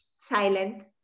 silent